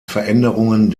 veränderungen